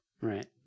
right